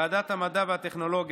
בוועדת המדע והטכנולוגיה,